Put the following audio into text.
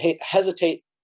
hesitate